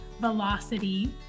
velocity